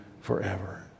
forever